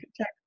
check